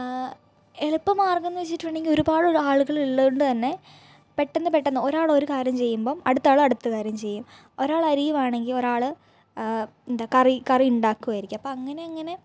എളുപ്പമാർഗ്ഗം എന്ന് വെച്ചിട്ടുണ്ടെങ്കിൽ ഒരുപാട് ആളുകൾ ഉള്ളതുകൊണ്ട് തന്നെ പെട്ടെന്ന് പെട്ടെന്ന് ഒരാൾ ഒരു കാര്യം ചെയ്യുമ്പം അടു അടുത്തയാൾ അടുത്ത കാര്യം ചെയ്യും ഒരാൾ അരിയുവാണെങ്കിൽ ഒരാൾ എന്താണ് കറി കറി ഉണ്ടാക്കുവായിരിക്കും അപ്പം അങ്ങനെ അങ്ങനെ